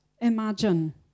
imagine